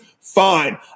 Fine